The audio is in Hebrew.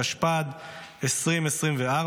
התשפ"ד- 2024,